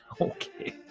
Okay